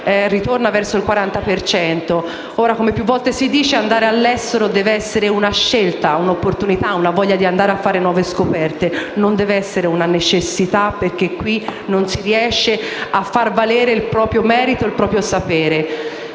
ritornata al 40 per cento. Come più volte si dice, andare all'estero deve essere una scelta, un'opportunità, dettata dalla voglia di andare a fare nuove scoperte, non deve essere una necessità perché qui non si riesce a far valere il proprio merito e il proprio sapere.